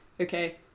okay